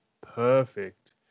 perfect